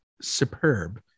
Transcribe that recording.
superb